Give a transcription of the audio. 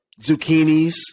zucchinis